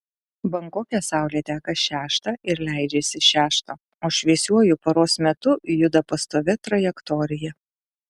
bankoke saulė teka šeštą ir leidžiasi šeštą o šviesiuoju paros metu juda pastovia trajektorija